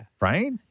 Right